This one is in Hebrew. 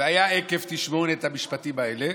"והיה עקב תשמעון את המשפטים האלה,